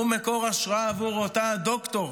הוא מקור השראה עבור אותה דוקטור.